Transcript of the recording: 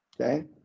okay